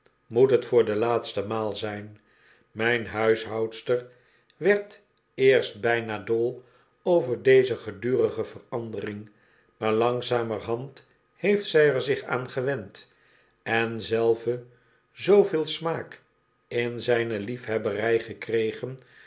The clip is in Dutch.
moet het voor de laatste maal zyn myne huishoudster werd eerst byna dol over deze gedurige veranderingen maar langzamerhand heeft zi er zich aan gewend en zelve zooveel smaak in zyne liefhebbery gekregen